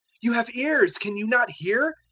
you have ears! can you not hear?